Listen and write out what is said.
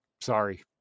sorry